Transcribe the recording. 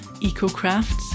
eco-crafts